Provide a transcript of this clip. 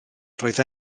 roedd